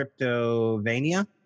Cryptovania